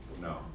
No